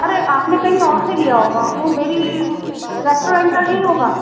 ارے آپ نے کہیں اور سے لیا ہوگا وہ میری ریسٹورینٹ کا نہیں ہوگا